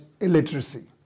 illiteracy